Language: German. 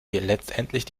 letztendlich